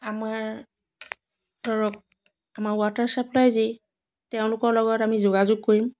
আমাৰ ধৰক আমাৰ ৱাটাৰ চাপ্লাই যি তেওঁলোকৰ লগত আমি যোগাযোগ কৰিম